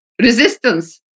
resistance